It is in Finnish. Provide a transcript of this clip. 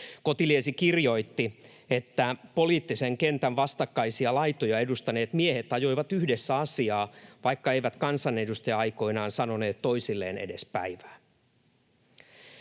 Kotiliesi kirjoitti, että poliittisen kentän vastakkaisia laitoja edustaneet miehet ajoivat yhdessä asiaa, vaikka eivät kansanedustaja-aikoinaan sanoneet toisilleen edes päivää.